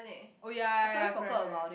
oh ya ya ya correct correct